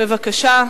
בבקשה.